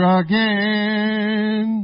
again